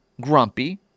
Grumpy